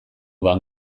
van